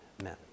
amen